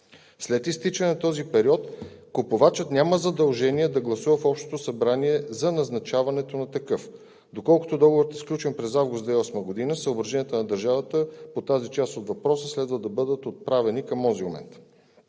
След изтичане на този период купувачът няма задължение да гласува в общото събрание за назначаването на такъв. Доколкото договорът е сключен през август 2008 г., съображенията на държавата по тази част от въпроса следва да бъдат отправени към онзи момент.